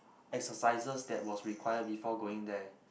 exercises that was required before going there